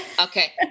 Okay